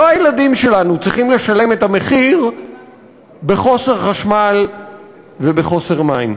לא הילדים שלנו צריכים לשלם את המחיר בחוסר חשמל ובחוסר מים.